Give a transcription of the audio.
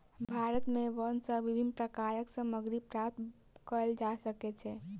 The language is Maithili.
भारत में वन सॅ विभिन्न प्रकारक सामग्री प्राप्त कयल जा सकै छै